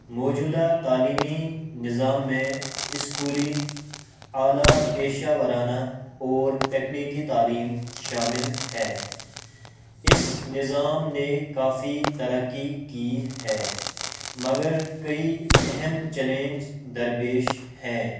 موجودہ تعلیمی نظام میں اسکولی اعلیٰ پیشہ ورانہ اور تکنیکی تعلیم شامل ہے اس نظام نے کافی ترقی کی ہے مگر کئی اہم چیلنج درپیش ہے